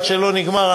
עד שלא נגמר,